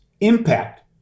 impact